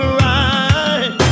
right